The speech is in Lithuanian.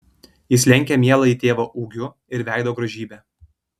jis lenkia mieląjį tėvą ūgiu ir veido grožybe